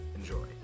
Enjoy